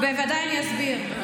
בוודאי, אני אסביר.